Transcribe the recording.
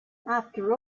after